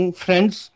friends